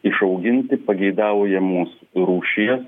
išauginti pageidaujamos rūšies